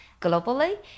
globally